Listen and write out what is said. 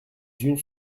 unes